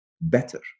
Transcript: better